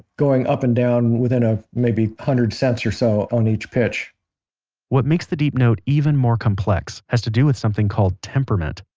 going up and down within ah maybe one hundred cents or so on each pitch what makes the deep note even more complex has to do with something called temperament.